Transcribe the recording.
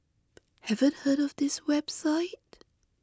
haven't heard of this website